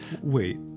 Wait